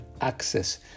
access